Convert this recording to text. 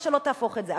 איך שלא תהפוך את זה.